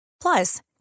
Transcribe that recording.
Plus